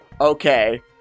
okay